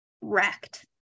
wrecked